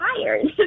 tired